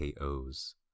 KOs